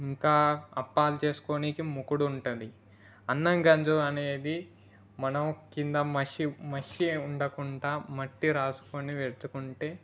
ఇంకా అప్పాలు చేసుకోవడానికి ముకుడు ఉంటుంది అన్నం గంజు అనేది మనం కింద మసి మసి ఉండకుండా మట్టి రాసుకోని పెట్టుకుంటే